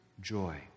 joy